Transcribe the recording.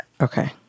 Okay